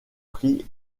prix